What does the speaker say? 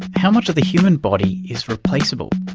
how much of the human body is replaceable?